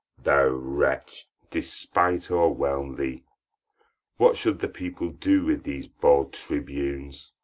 thou wretch, despite o'erwhelm thee what should the people do with these bald tribunes?